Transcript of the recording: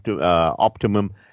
optimum